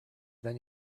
then